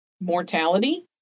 Mortality